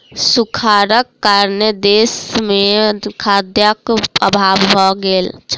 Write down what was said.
सूखाड़क कारणेँ देस मे खाद्यक अभाव भ गेल छल